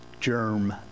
Germ